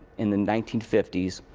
in the nineteen fifty s,